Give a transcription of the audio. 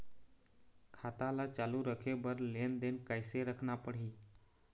खाता ला चालू रखे बर लेनदेन कैसे रखना पड़ही?